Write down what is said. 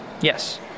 Yes